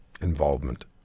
involvement